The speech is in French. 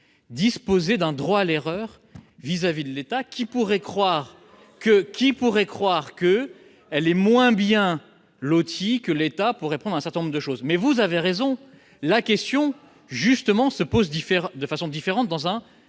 -disposer d'un droit à l'erreur vis-à-vis de l'État ? Qui pourrait croire qu'elle est moins bien lotie que l'État pour répondre à un certain nombre de choses ? Mais, vous avez raison, la question se pose de façon différente dans un